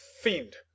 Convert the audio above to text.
fiend